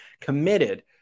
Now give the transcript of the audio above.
committed